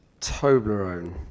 Toblerone